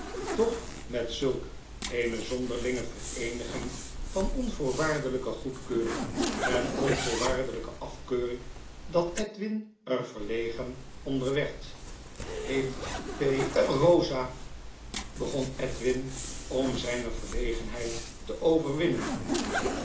doch met zulk eene zonderlinge vereeniging van onvoorwaardelijke goedkeuring en onvoorwaardeljjke afkeuring dat edwin erverlegen onder werd heeft p eosa begon edwin om zijne verlegenheid te overwinnen